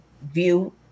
view